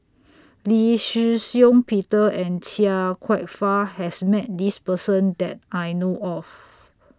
Lee Shih Shiong Peter and Chia Kwek Fah has Met This Person that I know of